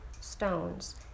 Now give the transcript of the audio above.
stones